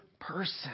person